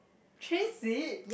change seat